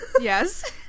Yes